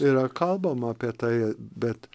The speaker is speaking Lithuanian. yra kalbama apie tai a bet